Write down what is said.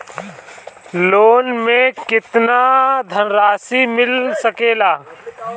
Loan मे केतना धनराशी मिल सकेला?